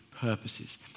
purposes